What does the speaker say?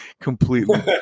completely